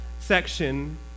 section